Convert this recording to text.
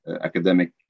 academic